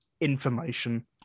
information